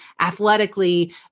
athletically